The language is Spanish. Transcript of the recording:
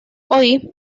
hoy